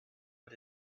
but